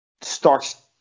starts